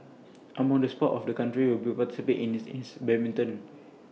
among the sports of the country will participate in is badminton